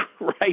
right